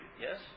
yes